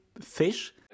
fish